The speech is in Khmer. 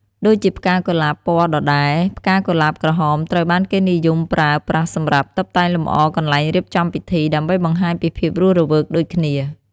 ដូចជាផ្កាកុលាបពណ៌ដដែរ ផ្កាកុលាបក្រហមត្រូវបានគេនិយមប្រើប្រាស់សម្រាប់ តុបតែងលម្អកន្លែងរៀបចំពិធី ដើម្បីបង្ហាញពីភាពរស់រវើកដូចគ្នា។